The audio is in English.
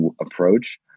approach